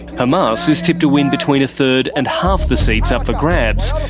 hamas is tipped to win between a third and half the seats up for grabs,